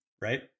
Right